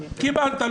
קיבלת,